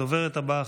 הדוברת הבאה,